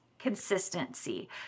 consistency